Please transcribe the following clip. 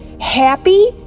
happy